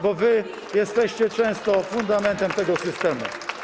bo wy jesteście często fundamentem tego systemu.